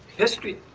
history